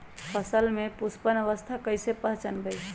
फसल में पुष्पन अवस्था कईसे पहचान बई?